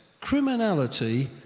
criminality